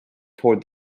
toward